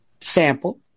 sample